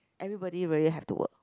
everybody really have to work